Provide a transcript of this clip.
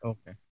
Okay